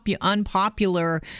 unpopular